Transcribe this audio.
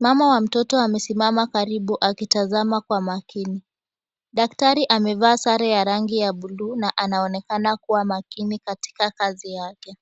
Mama wa mtoto amesimama karibu akitazama kwa makini. Daktari amevaa sare ya rangi ya buluu na anaonekana kuwa makini katika kazi yake.